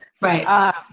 Right